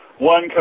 one